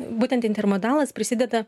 būtent intermodalas prisideda